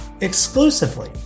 exclusively